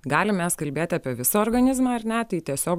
galim mes kalbėt apie visą organizmą ar ne tai tiesiog